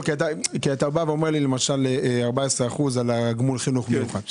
כי אתה אומר לי למשל 14 אחוזים גמול חינוך מיוחד.